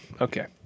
Okay